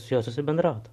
su juo bendrauti